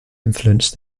influence